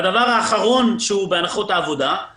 והדבר האחרון בהנחות העבודה הוא